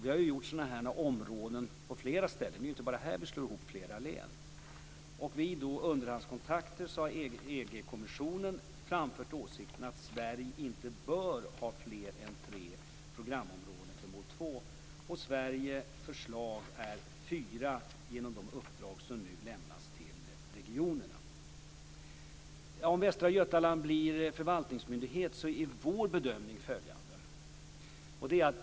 Vi har gjort sådana här områden på flera ställen - det är inte bara här vi slår ihop flera län. Vid underhandskontakter har EG-kommissionen framfört åsikten att Sverige inte bör ha fler än tre programområden för mål 2. Sveriges förslag är fyra, genom de uppdrag som nu lämnas till regionerna. Om Västra Götaland blir förvaltningsmyndighet är vår bedömning följande.